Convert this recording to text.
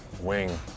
Wing